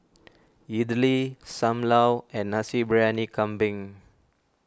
Idly Sam Lau and Nasi Briyani Kambing